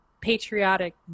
patriotic